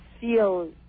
feel